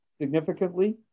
significantly